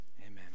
Amen